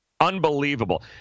unbelievable